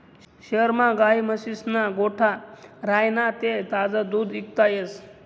शहरमा गायी म्हशीस्ना गोठा राह्यना ते ताजं दूध इकता येस